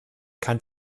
kann